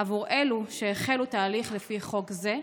עבור אלו שהחלו תהליך לפי חוק זה,